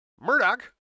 Murdoch